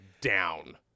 down